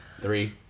Three